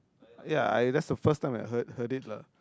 ya I that's the first time I heard heard it lah